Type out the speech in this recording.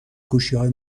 گوشیهای